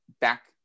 back